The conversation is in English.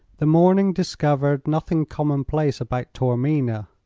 the morning discovered nothing commonplace about taormina.